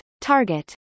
Target